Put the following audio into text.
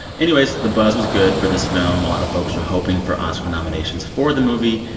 anyways, the buzz was good for this film. a lot of folks are hoping for oscar nominations for the movie.